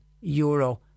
euro